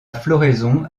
floraison